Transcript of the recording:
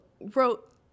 wrote